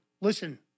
Listen